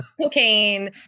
cocaine